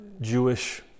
Jewish